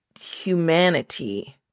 humanity